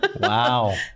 Wow